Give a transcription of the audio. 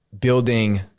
building